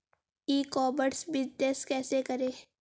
ई commerce business कैसे करें?